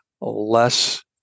less